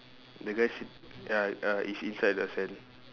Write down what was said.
the guy sit ya ya he's inside the sand